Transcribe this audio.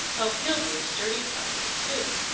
oh! he'll be a sturdy ploughman, too!